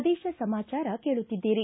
ಪ್ರದೇಶ ಸಮಾಚಾರ ಕೇಳುತ್ತಿದ್ದೀರಿ